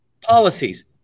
policies